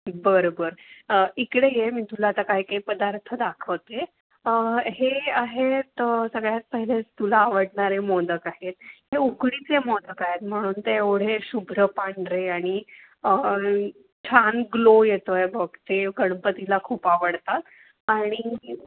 बरं बरं इकडे मी तुला आता काही काही पदार्थ दाखवते हे आहेत सगळ्यात पहिले तुला आवडणारे मोदक आहेत हे उकडीचे मोदक आहेत म्हणून ते एवढे शुभ्र पांढरे आणि छान ग्लो येतो आहे बघ ते गणपतीला खूप आवडतात आणि